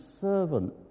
servant